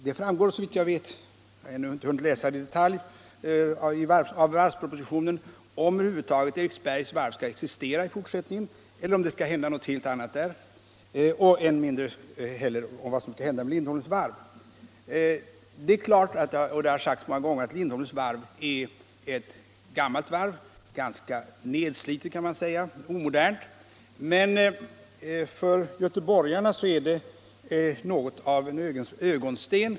Det framgår såvitt jag vet av varvspropositionen — jag har ännu inte hunnit läsa den i detalj — över huvud taget inte om Eriksbergsvarvet skall existera i fortsättningen eller vilka andra åtgärder man tänker vidta beträffande det. Ännu mindre framgår det vad som skall hända med Lindholmens varv. Det har sagts många gånger att Lindholmens varv är ett gammalt varv, ganska nedslitet och omodernt, men för göteborgarna är det ändå något av en ögonsten.